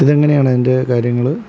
ഇതെങ്ങനെയാണ് എൻ്റെ കാര്യങ്ങൾ